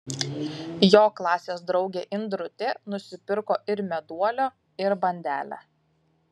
jo klasės draugė indrutė nusipirko ir meduolio ir bandelę